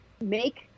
make –